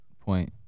point